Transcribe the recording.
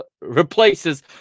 replaces